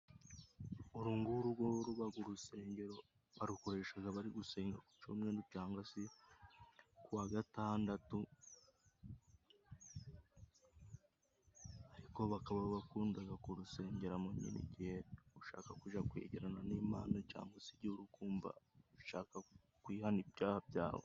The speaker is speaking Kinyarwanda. Uru ngurugu rubaga urusengero. Barukoreshaga bari gusenga ku cumeru cangwa se kuwa gatandatu, ariko bakaba bakundaga kurusengeramo nyine igihe ushaka kuja kwegerana n' Imana cyangwa se igihe uri kumva ushaka kuwihana ibyaha byawe.